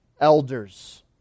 Elders